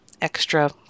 extra